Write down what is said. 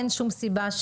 אין שום סיבה.